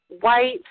white